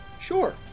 sure